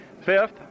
fifth